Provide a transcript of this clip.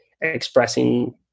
expressing